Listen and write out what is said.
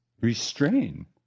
restrain